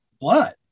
blood